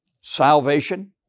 salvation